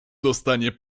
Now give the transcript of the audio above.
dostanie